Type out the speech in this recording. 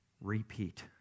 repeat